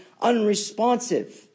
unresponsive